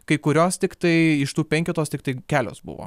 kai kurios tiktai iš tų penketos tiktai kelios buvo